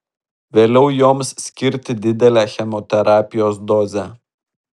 vėliau joms skirti didelę chemoterapijos dozę